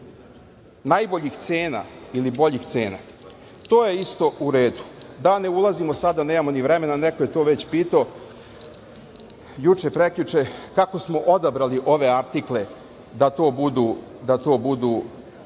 najboljih cena ili boljih cena, to je isto u redu, da ne ulazimo sad, nemamo ni vremena, neko je to već pitao, juče, prekjuče, kako smo odabrali ove artikle da to budu